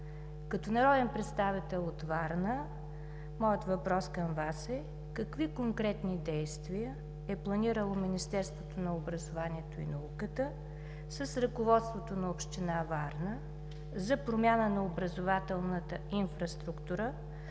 Като народен представител от Варна моят въпрос към Вас е: какви конкретни действия е планирало Министерството на образованието и науката с ръководството на Община Варна за промяна на образователната инфраструктура